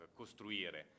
costruire